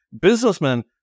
businessmen